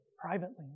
privately